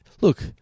Look